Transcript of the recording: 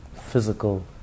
physical